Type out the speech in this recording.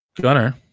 Gunner